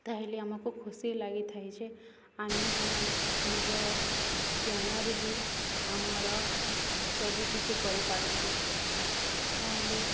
ତାହେଲେ ଆମକୁ ଖୁସି ଲାଗିଥାଏ ଯେ ଆମେ ମାନେ ନିଜ ଜ୍ଞାନରେ ହିଁ ଆମର ସବୁକିଛି କରିପାରୁଛୁ ତାହେଲେ